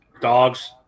dogs